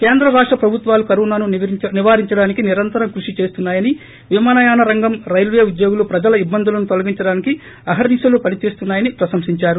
కేంద్రం రాష్ట ప్రభుత్వాలు కరోనాను నివారించడానికి నిరంతరం కృషి చేస్తున్నాయని విమానయాన రంగం రైల్వే ఉద్యోగులు ప్రజల ఇబ్బందులను తొలగించడానికి అహర్సి శలూ పని చేస్తున్నాయని ప్రశంసించారు